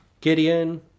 Gideon